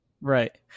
right